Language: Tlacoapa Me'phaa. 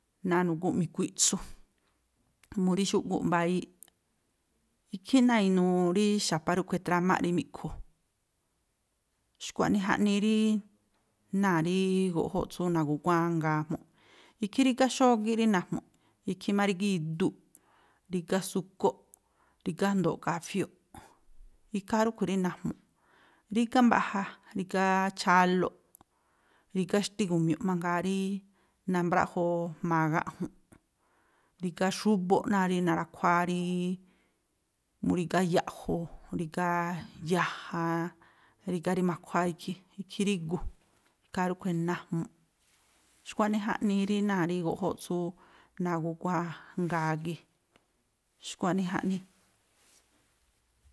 Náa̱ nugúnꞌ mi̱kuiꞌtsu, mu rí xúꞌgúꞌ mbayííꞌ. Ikhí náa̱ inuu rí xa̱pa rúꞌkhui̱ trámáꞌ rí mi̱ꞌkhu. Xkua̱nii jaꞌnii rí náa̱ rííí guꞌjó tsú na̱gúguángaa jmu̱ꞌ. Ikhí rígá xógíꞌ rí najmu̱ꞌ, ikhí má rígá idúꞌ, rígá súkóꞌ, rígá jndo̱o̱ꞌ kafióꞌ. Ikhaa rúꞌkhui̱ rí najmu̱ꞌ. Rígá mbaꞌja, rígá chálóꞌ, rígá xtíín gu̱miu̱ꞌ mangaa rí na̱mbráꞌjoo jma̱a gaꞌju̱nꞌ, rígá xúbóꞌ náa̱ rí na̱ra̱khuáá rííí, mú rígá ya̱ꞌju̱, rígá yaja, rígá rí ma̱khuáá ikhí, ikhí rígu. Ikhaa rúꞌkhui̱ najmu̱ꞌ. Xkua̱ꞌnii jaꞌnii rí náa̱ rí guꞌjóꞌ tsú nagúguángaa gii̱. Xkua̱ꞌnii jaꞌnii.